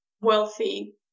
wealthy